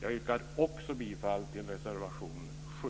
Jag yrkar också bifall till reservation 7.